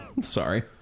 Sorry